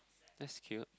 that's cute